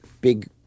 big